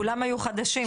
כולם היו חדשים.